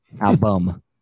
album